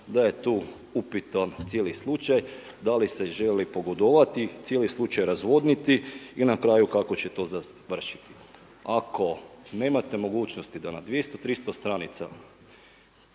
da je tu upitan cijeli slučaj, da li se želi pogodovati i cijeli slučaj razvodniti i na kraju kako će to završiti. Ako nemate mogućnosti da na 200, 300 stranica